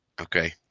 okay